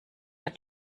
der